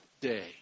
day